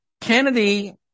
Kennedy